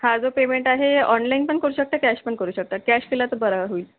हा जो पेमेंट आहे ऑनलाईन पण करू शकता कॅश पण करू शकता कॅश केला तर बरा होईल